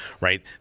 right